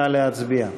נא להצביע.